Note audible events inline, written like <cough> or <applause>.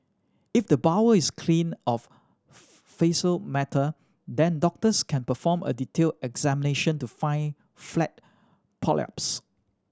if the bowel is clean of <unintelligible> faecal matter then doctors can perform a detailed examination to find flat polyps